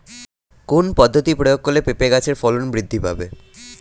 কোন পদ্ধতি প্রয়োগ করলে পেঁপে গাছের ফলন বৃদ্ধি পাবে?